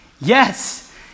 Yes